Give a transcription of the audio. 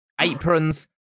Aprons